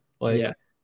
Yes